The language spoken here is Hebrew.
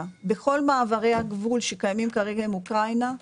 בכל מעברי הגבול שקיימים כרגע עם אוקראינה,